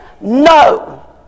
No